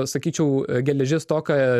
sakyčiau geležies stoką